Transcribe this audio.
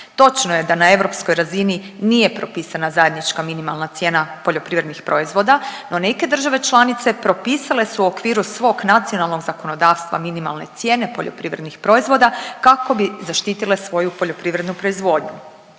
Točno je da na europskoj razini nije propisana zajednička minimalna cijena poljoprivrednih proizvoda, no neke države članice propisale su u okviru svog nacionalnog zakonodavstva minimalne cijene poljoprivrednih proizvoda kako bi zaštitile svoju poljoprivrednu proizvodnju.